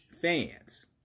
fans